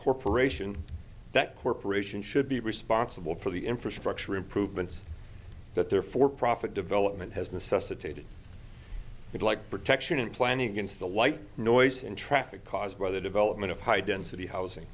corporation that corporation should be responsible for the infrastructure improvements that there for profit development has necessitated it like protection and planning against the white noise and traffic caused by the development of high density housing